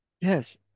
Yes